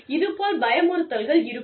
இதுபோல் பயமுறுத்தல்கள் இருக்கும்